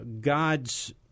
God's